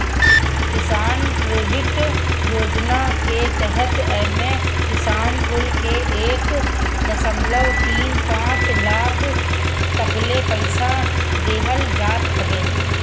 किसान क्रेडिट योजना के तहत एमे किसान कुल के एक दशमलव तीन पाँच लाख तकले पईसा देहल जात हवे